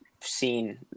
seen